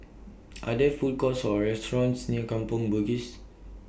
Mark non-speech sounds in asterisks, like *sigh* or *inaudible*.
*noise* Are There Food Courts Or restaurants near Kampong Bugis